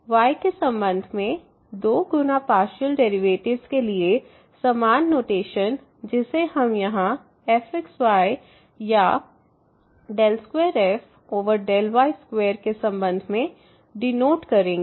y के संबंध में दो गुना पार्शियल डेरिवेटिव्स के लिए समान नोटेशन जिसे हम यहाँ fxy या 2fy2 के संबंध में डीनोट करेंगे